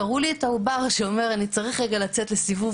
תראו לי את העובר שאומר שהוא צריך רגע לצאת לסיבוב